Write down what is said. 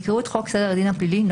יקראו את חוק סדר הדין הפלילי ,